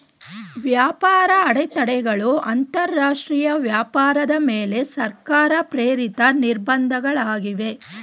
ವ್ಯಾಪಾರ ಅಡೆತಡೆಗಳು ಅಂತರಾಷ್ಟ್ರೀಯ ವ್ಯಾಪಾರದ ಮೇಲೆ ಸರ್ಕಾರ ಪ್ರೇರಿತ ನಿರ್ಬಂಧ ಗಳಾಗಿವೆ